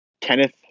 Kenneth